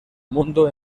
mundo